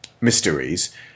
mysteries